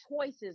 choices